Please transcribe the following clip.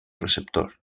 receptor